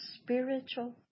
Spiritual